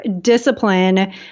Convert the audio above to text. discipline